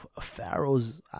Pharaohs